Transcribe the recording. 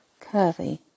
curvy